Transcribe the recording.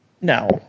No